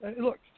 look